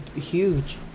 huge